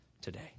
today